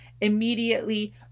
immediately